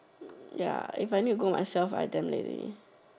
ya if I need to go myself I'm damn lazy